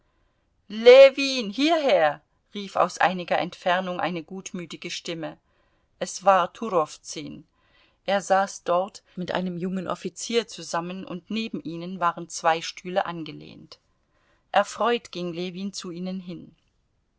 ljewin hierher rief aus einiger entfernung eine gutmütige stimme es war turowzün er saß dort mit einem jungen offizier zusammen und neben ihnen waren zwei stühle angelehnt erfreut ging ljewin zu ihnen hin